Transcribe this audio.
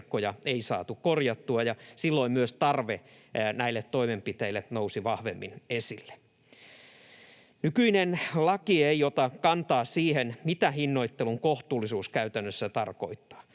ei saatu korjattua ja silloin myös tarve näille toimenpiteille nousi vahvemmin esille. Nykyinen laki ei ota kantaa siihen, mitä hinnoittelun kohtuullisuus käytännössä tarkoittaa.